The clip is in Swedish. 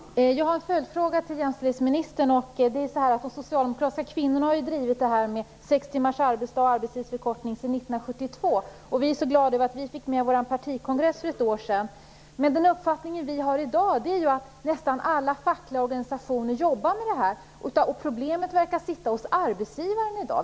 Herr talman! Jag har en följdfråga till jämställdhetsministern. De socialdemokratiska kvinnorna har ju drivit frågan om sex timmars arbetsdag och arbetstidsförkortning sedan 1972. Vi är så glada över att vi fick med vår partikongress för ett år sedan. Men den uppfattning vi har är att nästan alla fackliga organisationer jobbar med det här i dag, och problemet verkar ligga hos arbetsgivaren.